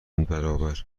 برابر